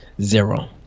Zero